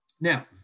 Now